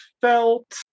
felt